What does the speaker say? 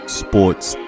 sports